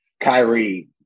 Kyrie